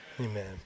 amen